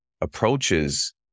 approaches